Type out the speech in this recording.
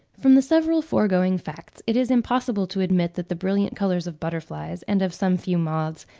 from the several foregoing facts it is impossible to admit that the brilliant colours of butterflies, and of some few moths,